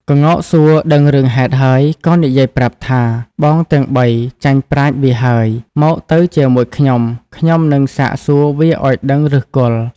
ក្ងោកសួរដឹងរឿងហេតុហើយ ក៏និយាយប្រាប់ថា៖ "បងទាំង៣ ចាញ់ប្រាជ្ញវាហើយ! មកទៅជាមួយខ្ញុំ ខ្ញុំនឹងសាកសួរវាឲ្យដឹងឫសគល់"។